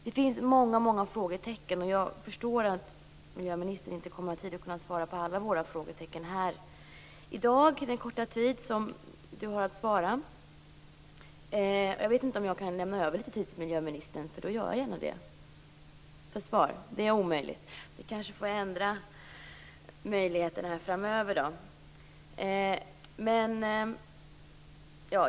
Det finns många, många frågetecken, och jag förstår att miljöministern inte hinner svara på alla frågor här i dag under den korta tid som hon har på sig för att svara. Om jag kan lämna över litet av min tid till miljöministern för svar, så gör jag gärna det. Det är tydligen omöjligt. Vi kanske får ändra debattreglerna framöver.